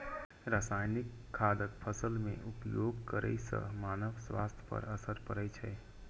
रासायनिक खादक फसल मे उपयोग करै सं मानव स्वास्थ्य पर असर पड़ै छै